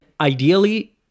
ideally